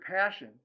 passion